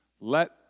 let